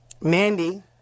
Mandy